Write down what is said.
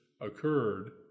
occurred